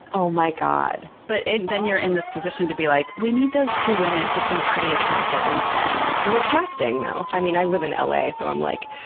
oh my god. but then you're in this position to be like, we need those two women to be pretty attractive and thin. you're casting, though. i mean, i live in la so i'm like,